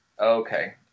okay